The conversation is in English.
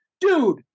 dude